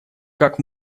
как